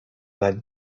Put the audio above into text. that